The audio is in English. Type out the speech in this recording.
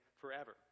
forever